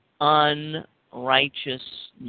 unrighteousness